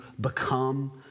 become